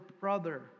brother